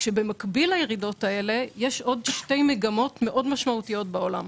כאשר במקביל לירידות האלה יש עוד שתי מגמות משמעותיות מאוד בעולם: